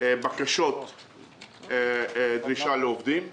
בקשות לעובדים.